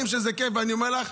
אני אומר לך,